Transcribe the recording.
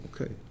okay